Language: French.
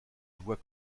voit